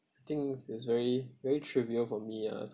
I think it's very very trivial for me ah